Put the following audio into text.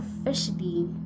officially